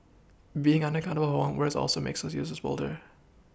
being unaccountable one's words also makes users bolder